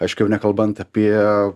aiškiu jau nekalbant apie